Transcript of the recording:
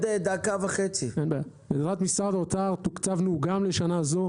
גם לשנה זו.